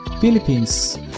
philippines